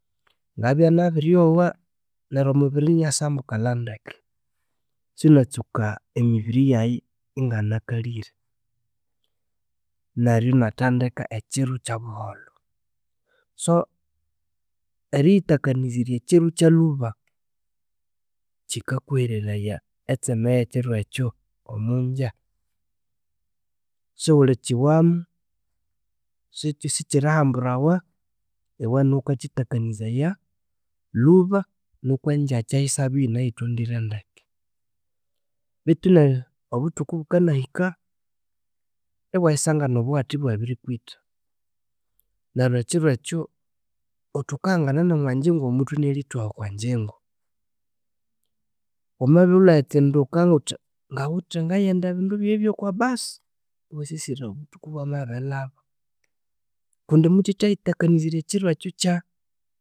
Ngabyanabiryowa neryo omubiri inasambukalha ndeke inatsuka emibiri yaye inganakalire. Neryo ingathandika ekiro kyabuholho so eriyithakanizirya kyiro kyalhuba kyikakuhereraya etseme yekyiro ekyo omugya siwulhikyiwamu sikyi sikyirihamburawa iwe niwe wukakyithakanizaya lhuba nuko engyakya yisabya inayithondire ndeke. Bethu neryo obuthuku bukanahika iwayisangana obuwatha ibwabirikwitha. Neryo ekyiro ekyo wuthi wukahangana nomogyingo omuthwe inalhithoha okwa ngyingo wumabya wulyatsunduka wuthi ngawithe ngayenda ebindu byayi byoko busi iwasisira Obuthuku bwamabilhaba kundi muwuthi thayithakanizirya ekiro ekyo kyandeke